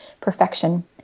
perfection